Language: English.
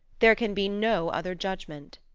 there can be no other judgment.